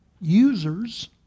users